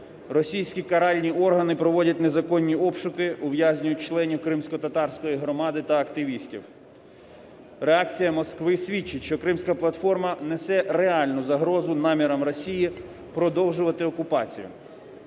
Російські каральні органи проводять незаконні обшуки, ув'язнюють членів кримськотатарської громади та активістів. Реакція Москви свідчить, що Кримська платформа несе реальну загрозу намірам Росії продовжувати окупацію.